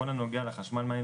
אפילו פחות מ-4,000 היה.